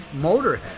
Motorhead